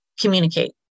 communicate